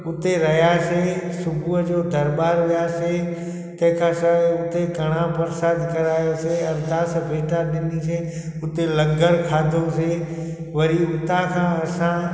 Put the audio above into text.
हुते रहियासीं सुबुह जो दरॿारि वियासीं तंहिंखां सवाए हुते कणा प्रसाद करायोसीं अरदास भेटां ॾिनिसीं हुते लंगर खाधोसीं वरी हुतां खां असां